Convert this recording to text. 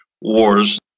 wars